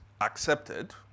accepted